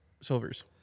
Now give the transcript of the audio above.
silvers